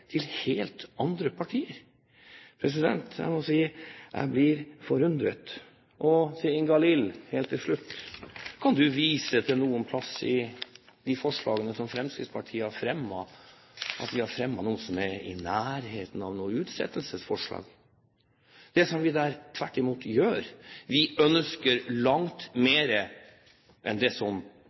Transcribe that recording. til helt andre partier. Jeg må si jeg blir forundret. Og til Ingalill Olsen helt til slutt: Kan du vise til noe sted i de forslagene som Fremskrittspartiet har fremmet, at vi har fremmet noe som er i nærheten av noe utsettelsesforslag? Det vi tvert imot gjør, er at vi ønsker langt mer enn det som